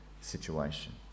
situation